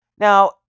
Now